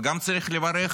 וגם צריך לברך